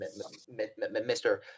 Mr